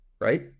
right